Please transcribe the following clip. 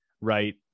Right